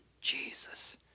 Jesus